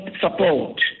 support